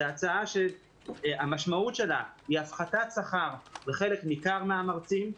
זאת הצעה שהמשמעות שלה היא הפחתת שכר לחלק ניכר מהמרצים.